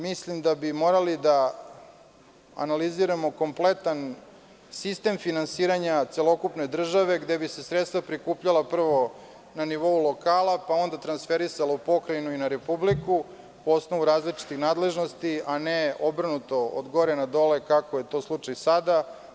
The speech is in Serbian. Mislim da bi morali da analiziramo kompletan sistem finansiranja celokupne države, gde bi se sredstva prikupljala prvo na nivou lokala, pa onda transferisala u pokrajinu i na Republiku po osnovu različitih nadležnosti, a ne obrnuto, od gore na dole kako je to slučaj sada.